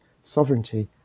sovereignty